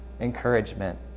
encouragement